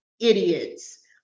idiots